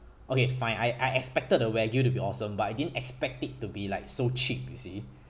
okay fine I I expected a wagyu to be awesome but I didn't expect it to be like so cheap you see